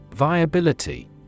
Viability